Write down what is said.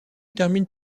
termine